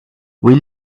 will